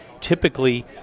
typically